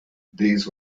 these